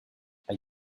are